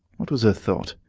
what was her thought?